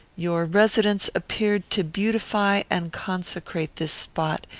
your residence appeared to beautify and consecrate this spot,